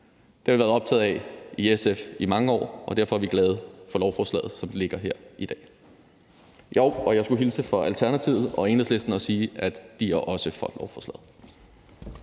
Det har vi været optaget af i SF i mange år, og derfor er vi glade for lovforslaget, som det ligger her i dag. Og jeg skulle hilse fra Alternativet og Enhedslisten og sige, at de også er for lovforslaget.